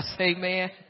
Amen